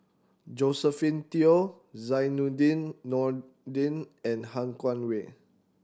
Josephine Teo Zainudin Nordin and Han Guangwei